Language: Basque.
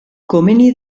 komeni